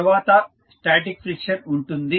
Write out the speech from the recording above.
తర్వాత static friction ఉంటుంది